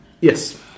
Yes